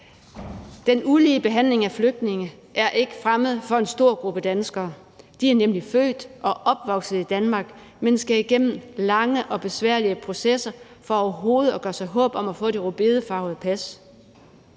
Den ulige behandling af flygtninge er ikke fremmed for en stor gruppe danskere. De er nemlig født og opvokset i Danmark, men skal igennem lange og besværlige processer for overhovedet at gøre sig håb om at få det rødbedefarvede pas.